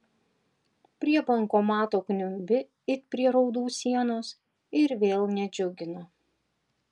prie bankomato kniumbi it prie raudų sienos ir vėl nedžiugina